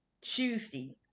Tuesday